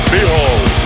Behold